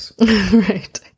Right